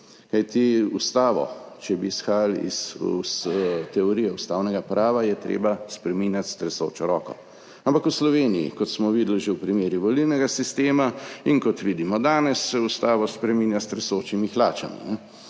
Kajti ustavo, če bi izhajali iz teorije ustavnega prava, je treba spreminjati s tresočo roko. Ampak v Sloveniji, kot smo videli že v primeru volilnega sistema in kot vidimo danes, se ustava spreminja s tresočimi hlačami,